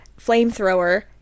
Flamethrower